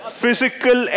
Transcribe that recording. physical